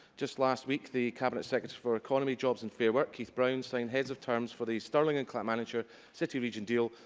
just last week, week, the cabinet secretary for economy, jobs and fair work, keith brown, signed heads of terms for the stirling and clackmannanshire city region deal,